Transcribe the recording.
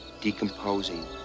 decomposing